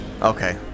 Okay